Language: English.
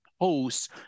posts